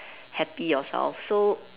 happy yourself so